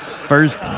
first